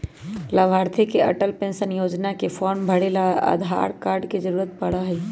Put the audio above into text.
लाभार्थी के अटल पेन्शन योजना के फार्म भरे ला आधार कार्ड के जरूरत पड़ा हई